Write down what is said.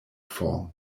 form